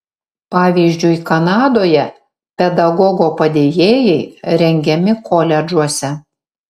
pavyzdžiui kanadoje pedagogo padėjėjai rengiami koledžuose